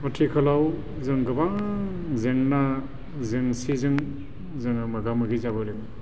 आथिखालाव जों गोबां जेंना जेंसिजों जोङो मोगा मोगि जाबोदों